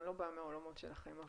אני לא באה מהעולמות שלכם,